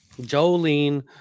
Jolene